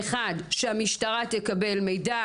שהמשטרה תקבל מידע,